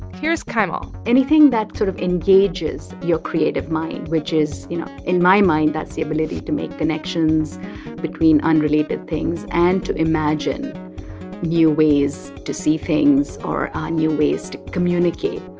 here's kaimal anything that sort of engages your creative mind, which is, you know in my mind, that's the ability to make connections between unrelated things and to imagine new ways to see things or ah new ways to communicate.